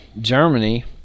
Germany